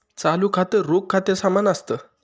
चालू खातं, रोख खात्या समान असत